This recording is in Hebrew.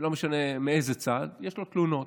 ולא משנה איזה צד, יש תלונות.